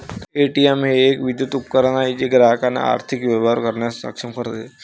ATM हे एक विद्युत उपकरण आहे जे ग्राहकांना आर्थिक व्यवहार करण्यास सक्षम करते